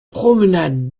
promenade